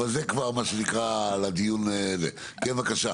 אבל זה מה שנקרא על הדיון אדוני,